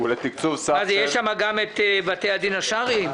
ולתקצוב סך של --- יש שם גם את בתי הדין השרעיים.